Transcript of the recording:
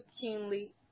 keenly